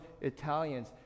Italians